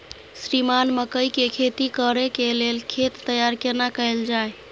श्रीमान मकई के खेती कॉर के लेल खेत तैयार केना कैल जाए?